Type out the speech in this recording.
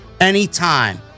anytime